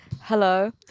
Hello